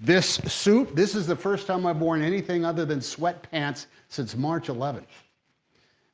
this suit, this is the first time i've worn anything other than sweat pants since march eleventh